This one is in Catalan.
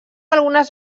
algunes